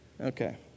Okay